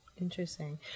interesting